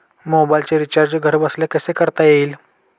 मोबाइलचे रिचार्ज घरबसल्या कसे करता येईल?